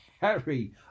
Harry